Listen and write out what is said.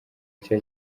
nshya